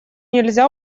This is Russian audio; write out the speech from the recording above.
нельзя